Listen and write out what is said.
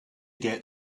get